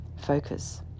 focus